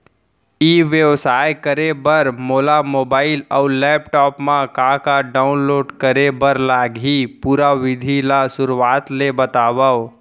ई व्यवसाय करे बर मोला मोबाइल अऊ लैपटॉप मा का का डाऊनलोड करे बर लागही, पुरा विधि ला शुरुआत ले बतावव?